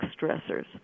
stressors